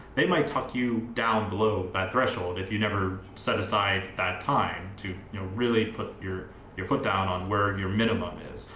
they might talk you down below that threshold, if you never set aside that time to really put your your foot down on wearing your minimum is,